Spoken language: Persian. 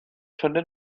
شده